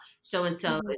So-and-so